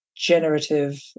generative